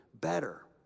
better